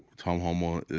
tom holmoe,